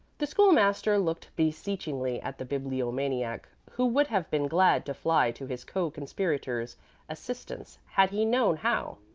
the school-master looked beseechingly at the bibliomaniac, who would have been glad to fly to his co-conspirator's assistance had he known how,